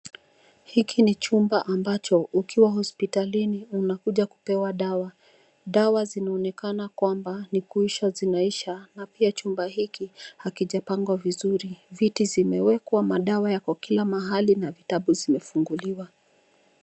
Hiki ni chumba ambacho ukiwa hospitalini unakuja kupewa dawa. Dawa zinaonekana kwamba ni kuisha zinaisha na pia chumba hiki hakijapangwa vizuri. Viti zimewekwa, madawa yako kila mahali na vitabu zimefunguliwa.